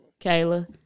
Kayla